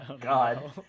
God